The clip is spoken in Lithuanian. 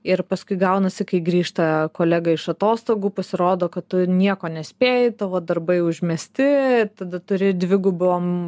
ir paskui gaunasi kai grįžta kolega iš atostogų pasirodo kad tu nieko nespėji tavo darbai užmesti tada turi dvigubom